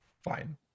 fine